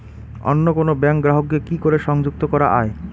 অন্য কোনো ব্যাংক গ্রাহক কে কি করে সংযুক্ত করা য়ায়?